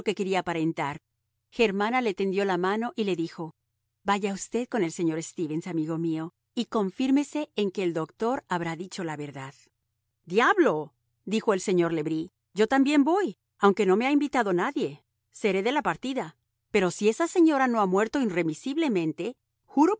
quería aparentar germana le tendió la mano y le dijo vaya usted con el señor stevens amigo mío y confírmese en que el doctor habrá dicho la verdad diablo dijo el señor le bris yo también voy aunque no me ha invitado nadie seré de la partida pero si esa señora no ha muerto irremisiblemente juro